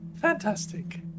Fantastic